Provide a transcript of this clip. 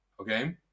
okay